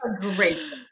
great